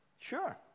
Sure